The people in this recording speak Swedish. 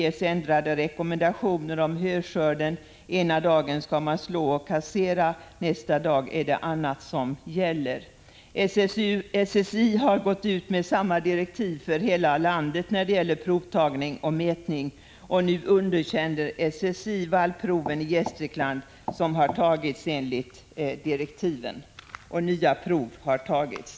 Det ges ändrade rekommendationer om höskörden. Ena dagen skall man slå och kassera; nästa dag är det annat som gäller. SSI har gått ut med samma direktiv för hela landet när det gäller provtagning och mätning. Nu underkänner SSI de vallprov i Gästrikland som har tagits enligt direktiven, och nya prov har tagits.